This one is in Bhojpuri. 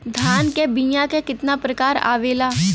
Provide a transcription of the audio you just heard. धान क बीया क कितना प्रकार आवेला?